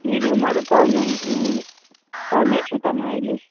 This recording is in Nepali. त्यही रुमहरू पाउनु घरमै छु त म अहिले